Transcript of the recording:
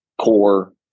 core